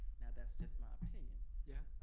now, that's just my opinion. yeah.